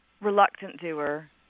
reluctant-doer